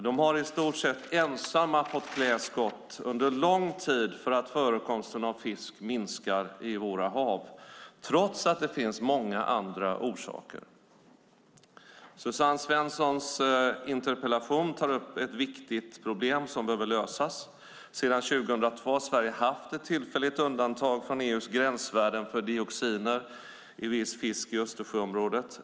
De har i stort sett ensamma fått klä skott under lång tid för att förekomsten av fisk minskar i våra hav trots att det finns många andra orsaker. Suzanne Svensson tar i sin interpellation upp ett viktigt problem som behöver lösas. Sedan 2002 har Sverige haft ett tillfälligt undantag från EU:s gränsvärden för dioxiner i viss fisk i Östersjöområdet.